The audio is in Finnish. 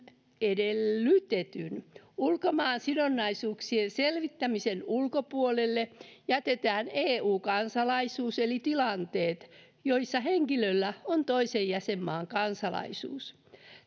edellytetyn ulkomaansidonnaisuuksien selvittämisen ulkopuolelle jätetään eu kansalaisuus eli tilanteet joissa henkilöllä on toisen jäsenmaan kansalaisuus